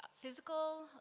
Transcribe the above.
physical